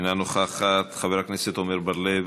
אינה נוכחת, חבר הכנסת עמר בר-לב,